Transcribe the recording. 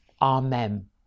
Amen